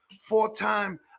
four-time